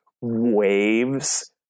waves